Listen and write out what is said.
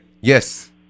yes